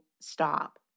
stop